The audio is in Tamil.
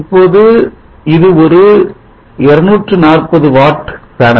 இப்போது இது ஒரு 240 Watt பேனல்